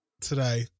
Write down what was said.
today